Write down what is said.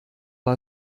war